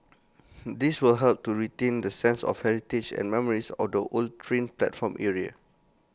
this will help to retain the sense of heritage and memories of the old train platform area